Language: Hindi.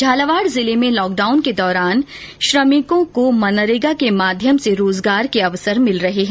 झालावाड जिले में लॉकडाउन के द्वारान श्रमिकों कों मनरेगा के माध्यम से रोजगार के अवसर मिल रहे है